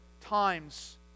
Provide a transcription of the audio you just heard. times